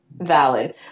Valid